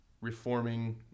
reforming